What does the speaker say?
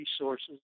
resources